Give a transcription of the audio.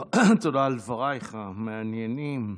תודה על דברייך המעניינים.